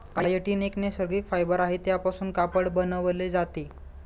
chitin एक नैसर्गिक fibre आहे त्यापासून कापड बनवले जाते